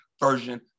version